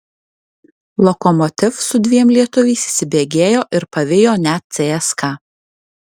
lokomotiv su dviem lietuviais įsibėgėjo ir pavijo net cska